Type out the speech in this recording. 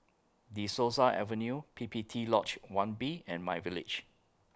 De Souza Avenue P P T Lodge one B and MyVillage